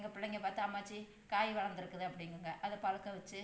எங்கள் பிள்ளைங்க பார்த்து அம்மாச்சி காய் வளர்ந்துருக்குது அப்படிங்குங்க அதை பழுக்க வச்சு